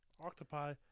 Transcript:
Octopi